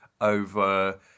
over